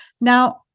Now